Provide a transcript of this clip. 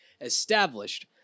Established